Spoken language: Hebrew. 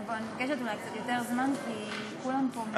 אני מבקשת אולי קצת יותר זמן, כי כולם פה מדברים.